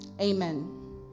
Amen